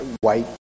white